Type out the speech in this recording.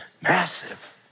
massive